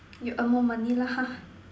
you earn more money lah ha